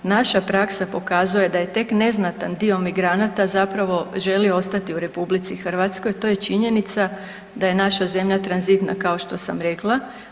Naša praksa pokazuje da je tek neznatan dio migranata želi ostati u RH, to je činjenica da je naša zemlja tranzitna kao što sam rekla.